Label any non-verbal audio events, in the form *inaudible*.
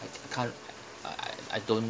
*noise* can't uh I don't